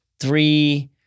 Three